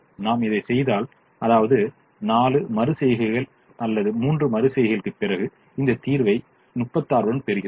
நாம் இதைச் செய்தால் அதாவது 4 மறு செய்கைகள் அல்லது 3 மறு செய்கைகளுக்குப் பிறகு இந்த தீர்வை 36 உடன் பெறுகிறோம்